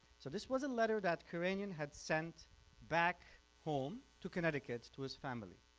so this was a letter that koranian had sent back home to connecticut to his family.